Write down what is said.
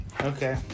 Okay